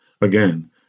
Again